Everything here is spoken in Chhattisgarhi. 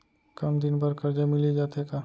कम दिन बर करजा मिलिस जाथे का?